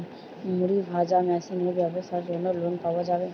মুড়ি ভাজা মেশিনের ব্যাবসার জন্য লোন পাওয়া যাবে?